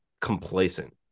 complacent